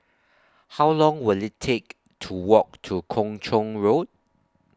How Long Will IT Take to Walk to Kung Chong Road